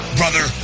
brother